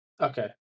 Okay